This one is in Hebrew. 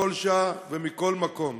בכל שעה ומכל מקום.